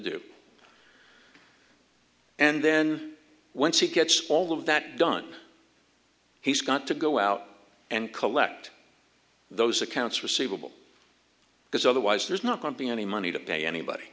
do and then once he gets all of that done he's got to go out and collect those accounts receivable because otherwise there's not going to be any money to pay anybody